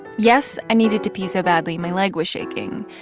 yes, i needed to pee so badly my leg was shaking.